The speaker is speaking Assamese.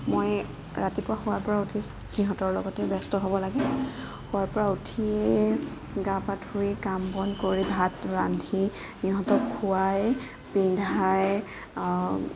মই ৰাতিপুৱা শুৱাৰ পৰা উঠি সিহঁতৰ লগতেই ব্যস্ত হ'ব লাগে শুৱাৰ পৰা উঠিয়ে গা পা ধুই কাম বন কৰি ভাত ৰান্ধি ইহঁতক খোৱাই পিন্ধাই